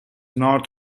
north